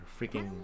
freaking